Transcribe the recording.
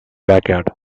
backyard